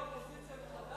לאופוזיציה מחדש?